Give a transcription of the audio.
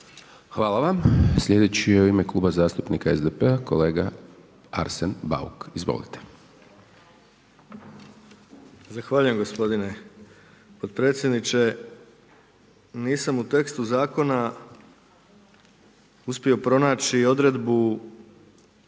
Hvala vam. Sljedeći je u ime Kluba zastupnika SDP-a, kolega Arsen Bauk. Izvolite. **Bauk, Arsen (SDP)** Zahvaljujem gospodine potpredsjedniče. Nisam u tekstu zakona uspio pronaći odredbu